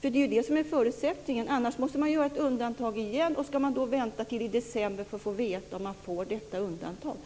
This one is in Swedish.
Det är nämligen det som är förutsättningen, annars måste det ju göras ett undantag igen. Ska man då vänta till december på att få veta om man får detta undantag?